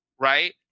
right